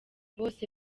bose